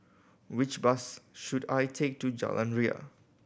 which bus should I take to Jalan Ria